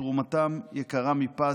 ותרומתם יקרה מפז.